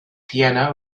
piano